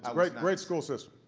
um great great school system.